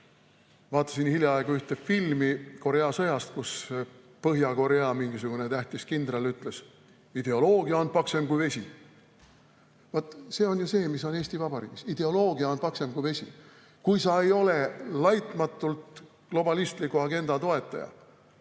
Vaatasin hiljaaegu ühte filmi Korea sõjast, kus mingisugune Põhja-Korea tähtis kindral ütles, et ideoloogia on paksem kui vesi. Vaat see on ju see, mis on Eesti Vabariigis: ideoloogia on paksem kui vesi. Kui sa ei ole laitmatult globalistliku agenda toetaja,